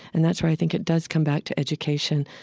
and that's where i think it does come back to education.